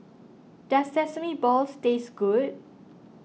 does Sesame Balls taste good